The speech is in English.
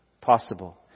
possible